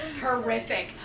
Horrific